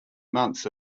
months